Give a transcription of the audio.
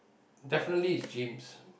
definitely it's gyms